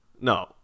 No